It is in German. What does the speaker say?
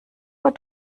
uhr